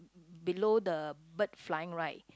below the bird flying right